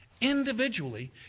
individually